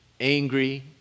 angry